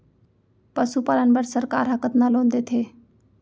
पशुपालन बर सरकार ह कतना लोन देथे?